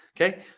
Okay